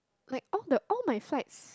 like all the all my flights